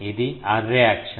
ఇది అర్రే అక్షం